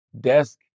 desk